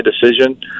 decision